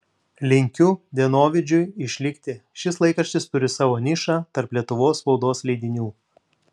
linkiu dienovidžiui išlikti šis laikraštis turi savo nišą tarp lietuvos spaudos leidinių